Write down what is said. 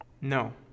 No